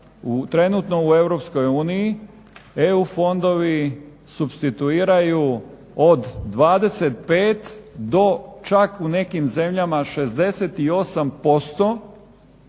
trenutno u EU, EU fondovi supstituiraju od 25 do čak u nekim zemljama 68%,